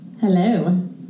Hello